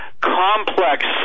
complex